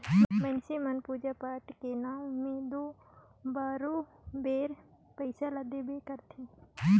मइनसे मन पूजा पाठ कर नांव में दो बरोबेर पइसा ल देबे करथे